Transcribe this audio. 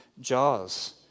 jaws